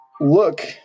look